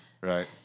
Right